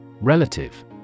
Relative